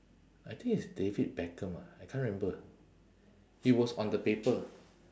I think it's david beckham ah I can't remember he was on the paper